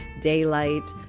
daylight